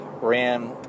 ran